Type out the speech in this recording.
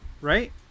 right